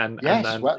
Yes